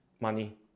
money